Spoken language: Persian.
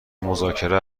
مذاکره